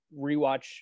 rewatch